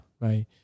right